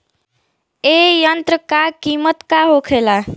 ए यंत्र का कीमत का होखेला?